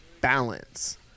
balance